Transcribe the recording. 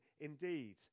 indeed